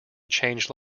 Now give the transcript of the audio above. change